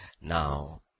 Now